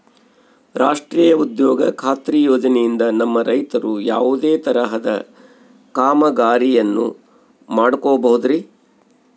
ರಾಷ್ಟ್ರೇಯ ಉದ್ಯೋಗ ಖಾತ್ರಿ ಯೋಜನೆಯಿಂದ ನಮ್ಮ ರೈತರು ಯಾವುದೇ ತರಹದ ಕಾಮಗಾರಿಯನ್ನು ಮಾಡ್ಕೋಬಹುದ್ರಿ?